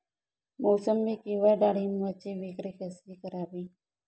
मोसंबी किंवा डाळिंबाची विक्री कशी करावी?